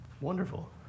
Wonderful